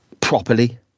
properly